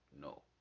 No